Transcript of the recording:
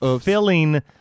filling